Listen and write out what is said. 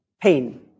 pain